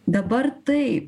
dabar tai